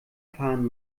fahren